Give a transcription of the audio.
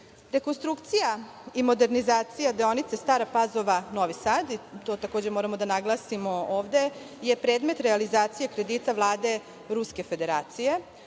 čas. Rekonstrukcija i modernizacija deonice Stara Pazova-Novi Sad, to takođe moramo da naglasimo ovde, je predmet realizacije kredita Vlade Ruske Federacije.